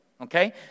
okay